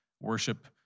worship